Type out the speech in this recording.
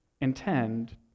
intend